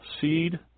seed